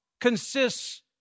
consists